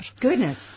Goodness